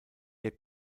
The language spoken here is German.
ihr